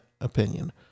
opinion